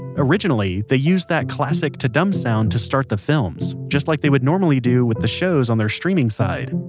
originally they used that classic ta-dum sound to start the films, just like they would normally do with the shows on their streaming side.